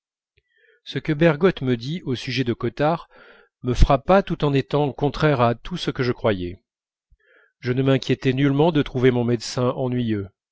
ce que bergotte me dit au sujet de cottard me frappa tout en étant contraire à tout ce que je croyais je ne m'inquiétais nullement de trouver mon médecin ennuyeux